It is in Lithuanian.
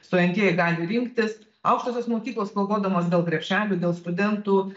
stojantieji gali rinktis aukštosios mokyklos kovodamos dėl krepšelių dėl studentų